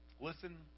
listen